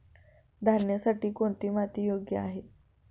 धान्यासाठी कोणती माती योग्य आहे?